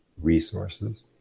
resources